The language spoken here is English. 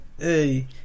hey